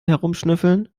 herumschnüffeln